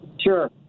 sure